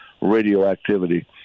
radioactivity